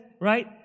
right